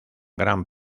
gran